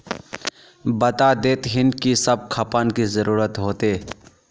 बता देतहिन की सब खापान की जरूरत होते?